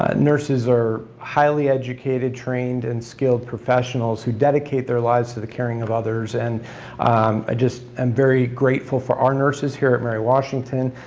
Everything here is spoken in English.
ah nurses are highly educated, trained, and skilled professionals who dedicate their lives to the caring of others, and i just am very grateful for our nurses here at mary washington.